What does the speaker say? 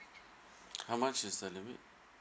how much is the limit